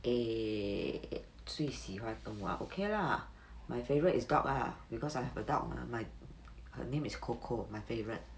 err 最喜欢动物 ah okay lah my favourite is dog lah because I have a dog mah my her name is coco my favourite